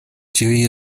ĉiuj